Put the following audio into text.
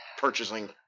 purchasing